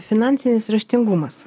finansinis raštingumas